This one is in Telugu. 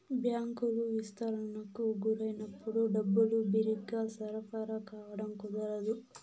బ్యాంకులు విస్తరణకు గురైనప్పుడు డబ్బులు బిరిగ్గా సరఫరా కావడం కుదరదు